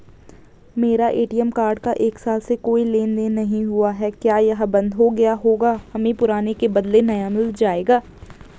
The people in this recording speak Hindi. मेरा ए.टी.एम कार्ड का एक साल से कोई लेन देन नहीं हुआ है क्या यह बन्द हो गया होगा हमें पुराने के बदलें नया मिल जाएगा?